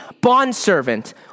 bondservant